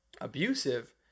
abusive